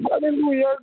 hallelujah